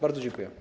Bardzo dziękuję.